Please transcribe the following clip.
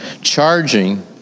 Charging